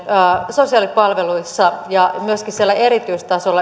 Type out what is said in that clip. sosiaalipalveluissa ja myöskin siellä erityistasolla